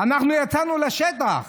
אנחנו יצאנו לשטח,